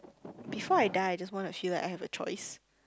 before I die I just want to feel like I have a choice